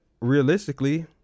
realistically